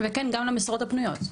וכן גם למשרות הפנויות.